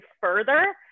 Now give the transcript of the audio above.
further